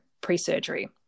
pre-surgery